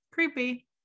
creepy